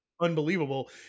unbelievable